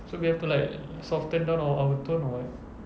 so we have to like soften down our our tone or what